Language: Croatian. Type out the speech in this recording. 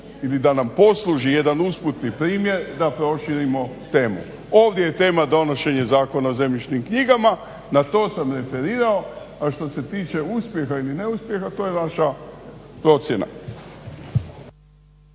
ili da nam posluži jedan usputni primjer da proširimo temu. Ovdje je tema donošenje Zakona o zemljišnim knjigama, na to sam referirao, a što se tiče uspjeha ili neuspjeha, to je vaša procjena.